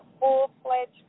full-fledged